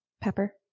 Pepper